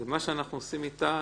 ומה שאני עושה אתה,